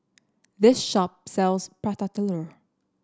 this shop sells Prata Telur